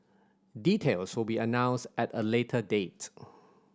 details will be announced at a later date